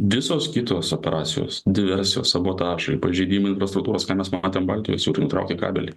visos kitos operacijos diversijos sabotažai pažeidimai infrastruktūros ką mes matom baltijos jūroj nutraukė kabelį